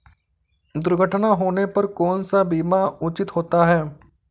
दुर्घटना होने पर कौन सा बीमा उचित होता है?